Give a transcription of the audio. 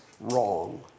wrong